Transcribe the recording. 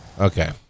okay